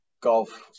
golf